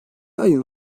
ayın